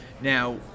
Now